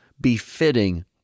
befitting